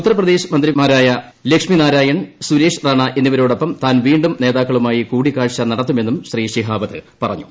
ഉത്തർപ്രദേശ് മന്ത്രിമാരായ ലക്ഷ്മി നാരായിൺ സുരേഷ് റാണ എന്നിവരോടൊപ്പം താൻ വീണ്ടും നേതാക്കുളൂമായി കൂടിക്കാഴ്ച നടത്തുമെന്നും ശ്രീ ഷിഹാവത് പറഞ്ഞു